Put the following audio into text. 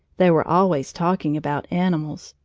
they were always talking about animals.